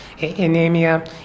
anemia